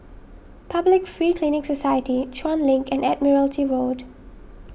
Public Free Clinic Society Chuan Link and Admiralty Road